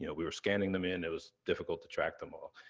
yeah we were scanning them in, it was difficult to track them all.